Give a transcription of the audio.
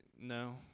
No